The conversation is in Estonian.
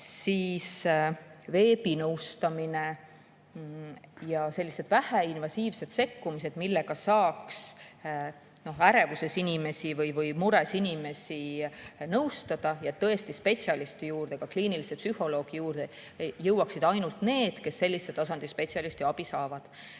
Siis on veebinõustamine ja sellised väheinvasiivsed sekkumised, millega saaks ärevuses inimesi või mures inimesi nõustada, ning spetsialisti juurde, ka kliinilise psühholoogi juurde jõuaksid tõesti ainult need, kes sellise tasandi spetsialisti abi vajavad.